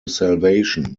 salvation